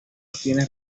obtiene